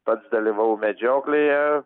pats dalyvavau medžioklėje